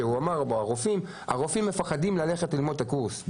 הרופאים מפחדים ללכת ללמוד את הקורס.